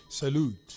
salute